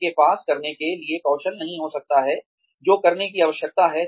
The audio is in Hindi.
उनके पास करने के लिए कौशल नहीं हो सकता है जो करने की आवश्यकता है